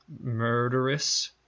murderous